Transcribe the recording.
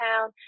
town